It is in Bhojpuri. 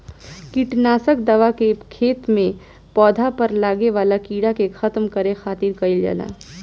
किट नासक दवा के खेत में पौधा पर लागे वाला कीड़ा के खत्म करे खातिर कईल जाला